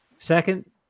Second